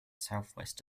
southwest